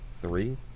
three